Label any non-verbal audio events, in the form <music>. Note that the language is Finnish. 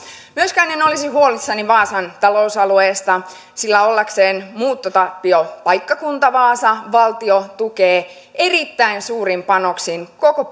myöskään en olisi huolissani vaasan talousalueesta sillä vaikka vaasa on muuttotappiopaikkakunta valtio tukee erittäin suurin panoksin koko <unintelligible>